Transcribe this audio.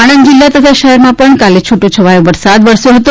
આણંદ જિલ્લા તથા શહેરમાં પણ કાલે છૂટો છવાયો વરસાદ વરસ્યો હતો